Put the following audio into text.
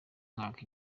mwaka